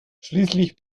schließlich